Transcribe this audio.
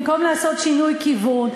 במקום לעשות שינוי כיוון,